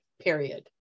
period